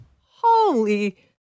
Holy